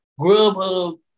Grubhub